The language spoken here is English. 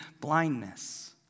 blindness